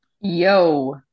Yo